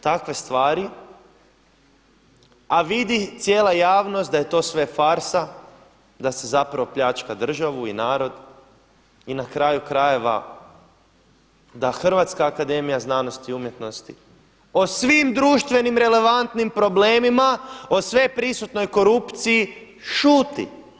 Takve stvari, a vidi cijela javnost da je to sve farsa, da se zapravo pljačka državu i narod i na kraju krajeva da Hrvatska akademija znanosti i umjetnosti o svim društvenim relevantnim problemima o sveprisutnoj korupciji šuti.